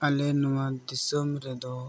ᱟᱞᱮ ᱱᱚᱣᱟ ᱫᱤᱥᱚᱢ ᱨᱮᱫᱚ